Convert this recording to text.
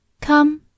Come